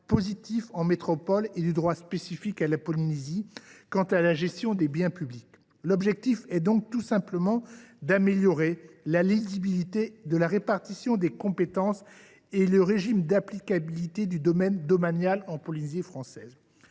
positif métropolitain et le droit spécifique à la Polynésie française quant à la gestion des biens publics. L’objectif est tout simplement d’améliorer la lisibilité de la répartition des compétences et le régime d’applicabilité du droit domanial en Polynésie française.